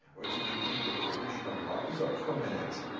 or to maintain the cohesion of iraq. these are permanent.